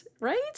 Right